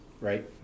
right